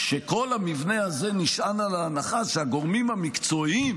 כל המבנה הזה נשען על ההנחה שהגורמים המקצועיים